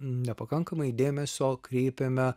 nepakankamai dėmesio kreipėme